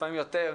לפעמים יותר,